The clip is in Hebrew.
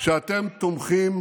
שאתם תומכים